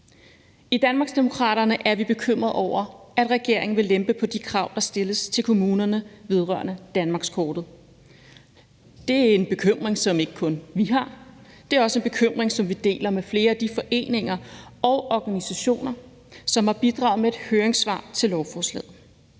I Danmarksdemokraterne er vi bekymrede over, at regeringen vil lempe på de krav, der stilles til kommunerne vedrørende danmarkskortet. Det er en bekymring, som ikke kun vi har. Det er også en bekymring, som vi deler med flere af de foreninger og organisationer, som har bidraget med et høringssvar til lovforslaget.